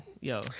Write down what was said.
yo